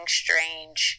strange